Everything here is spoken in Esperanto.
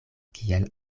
kiel